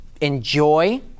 enjoy